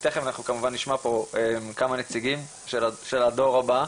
ותיכף אנחנו כמובן נשמע פה כמה נציגים של הדור הבא,